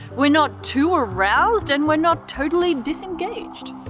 we're not too aroused and we're not totally disengaged.